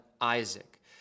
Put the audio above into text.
Isaac